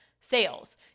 sales